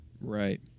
Right